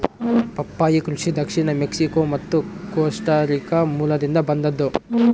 ಪಪ್ಪಾಯಿ ಕೃಷಿ ದಕ್ಷಿಣ ಮೆಕ್ಸಿಕೋ ಮತ್ತು ಕೋಸ್ಟಾರಿಕಾ ಮೂಲದಿಂದ ಬಂದದ್ದು